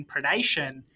predation